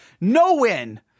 no-win